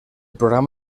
programa